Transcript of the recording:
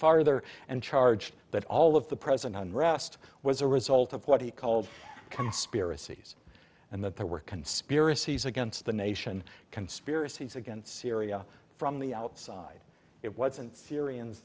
farther and charged that all of the present unrest was a result of what he called conspiracies and that there were conspiracies against the nation conspiracies against syria from the outside it wasn't syrians